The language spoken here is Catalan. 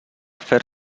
fer